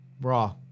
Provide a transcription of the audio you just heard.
Raw